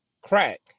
Crack